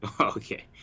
Okay